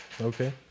Okay